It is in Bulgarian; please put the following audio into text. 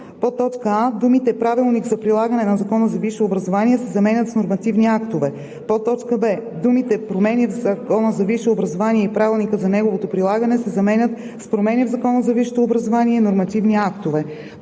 2030 г.: а) думите „Правилник за прилагане на Закона за висшето образование“ се заменят с „нормативни актове“; б) думите „Промени в Закона за висшето образование и Правилника за неговото прилагане“ се заменят с „Промени в Закона за висшето образование и нормативни актове“;